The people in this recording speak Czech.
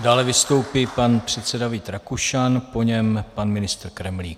Dále vystoupí pan předseda Vít Rakušan, po něm pan ministr Kremlík.